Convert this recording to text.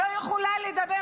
לא יכולה לדבר,